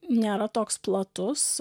nėra toks platus